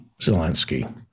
Zelensky